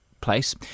place